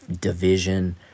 division